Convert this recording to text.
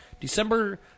December